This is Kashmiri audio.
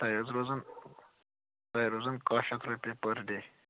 تۄہہِ حظ روزَن تۄہہِ روزَن کاہ شتھ رۄپیہِ پٕر ڈے